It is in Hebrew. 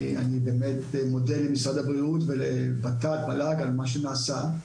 אני באמת מודה למשרד הבריאות ולוות"ת-מל"ג על מה שנעשה.